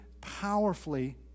powerfully